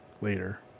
later